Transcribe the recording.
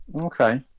Okay